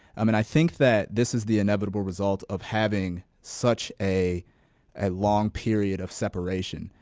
um and i think that this is the inevitable result of having such a a long period of separation,